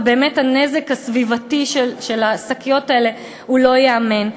ובאמת הנזק הסביבתי של השקיות האלה הוא לא ייאמן.